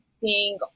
seeing